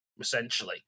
essentially